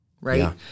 Right